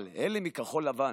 אבל אלה מכחול לבן,